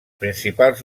principals